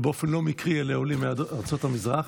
ובאופן לא מקרי אלה עולים מארצות המזרח,